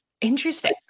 Interesting